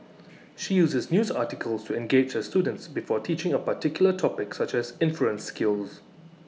she uses news articles to engage her students before teaching A particular topic such as inference skills